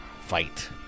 fight